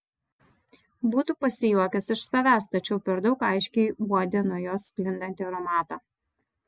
būtų pasijuokęs iš savęs tačiau per daug aiškiai uodė nuo jos sklindantį aromatą